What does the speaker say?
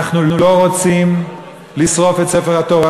אנחנו לא רוצים לשרוף את ספר התורה.